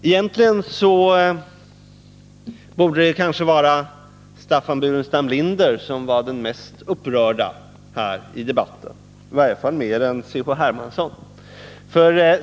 Egentligen borde Staffan Burenstam Linder vara den mest upprörda i debatten, i varje fall mer upprörd än C.-H. Hermansson.